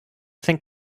think